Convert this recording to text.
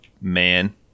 man